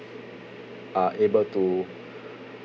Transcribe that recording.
are able to